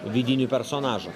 vidinių personažų